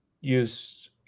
use